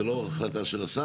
זה לא החלטה של השר?